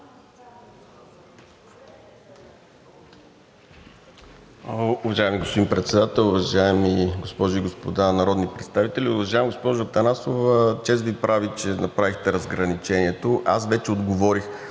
уважаеми госпожи и господа народни представители! Уважаема госпожо Атанасова, чест Ви прави, че направихте разграничението, аз вече отговорих: